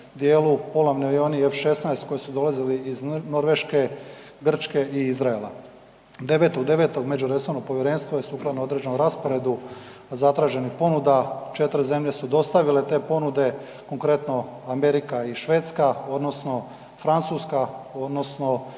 djelu, polovni avioni F-16 koji su dolazili iz Norveške, Grčke i Izraela. 9.9. međuresorno povjerenstvo je sukladno određenom rasporedu zatraženih ponuda, 4 zemlje su dostavile te ponude, konkretno Amerika i Švedska, odnosno Francuska odnosno